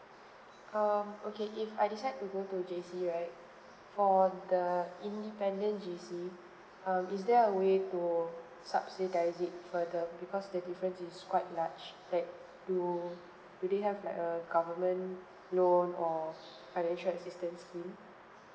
um okay if I decide to go to J_C right for the independent J_C um is there a way to subsidise it further because the difference is quite large like do do they have like a government loan or financial assistance scheme